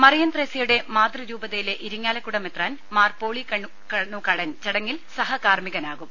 മറിയം ത്രേസ്യയുടെ മാതൃരൂപതയിലെ ഇരിങ്ങാലക്കൂടി മെത്രാൻ മാർ പോളി കണ്ണൂക്കാടൻ ചടങ്ങിൽ സഹകാർമികനാകും